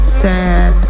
sad